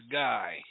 guy